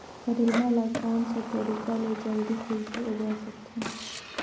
करेला ला कोन सा तरीका ले जल्दी कइसे उगाय सकथन?